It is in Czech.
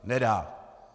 Nedá!